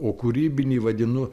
o kūrybinį vadinu